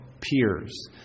peers